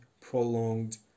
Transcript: prolonged